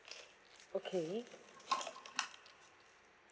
okay